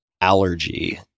allergy